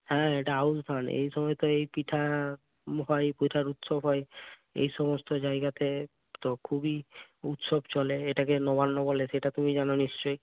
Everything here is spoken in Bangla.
হ্যাঁ এটা আউশ ধান এই সময় তো এই পিঠা হয় পিঠার উৎসব হয় এই সমস্ত জায়গাতে তো খুবই উৎসব চলে এটাকে নবান্ন বলে সেটা তুমি জানো নিশ্চই